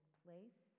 place